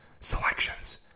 selections